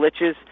glitches